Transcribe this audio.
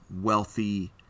Wealthy